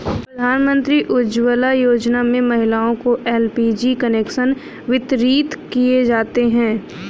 प्रधानमंत्री उज्ज्वला योजना में महिलाओं को एल.पी.जी कनेक्शन वितरित किये जाते है